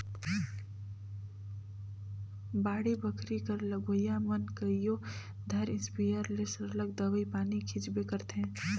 बाड़ी बखरी कर लगोइया मन कइयो धाएर इस्पेयर ले सरलग दवई पानी छींचबे करथंे